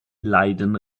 leiden